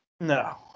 No